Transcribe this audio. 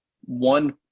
one